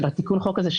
לתיקון החוק הזה,